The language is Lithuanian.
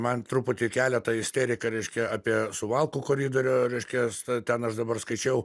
man truputį kelia ta isterika reiškia apie suvalkų koridorių reiškias ten aš dabar skaičiau